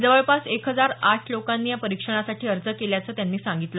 जवळपास एक हजार आठ लोकांनी या परीक्षणासाठी अर्ज केल्याचं त्यांनी सांगितलं